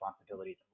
responsibilities